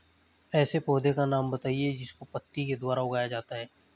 ऐसे पौधे का नाम बताइए जिसको पत्ती के द्वारा उगाया जाता है